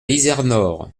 izernore